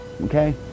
Okay